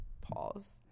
Pause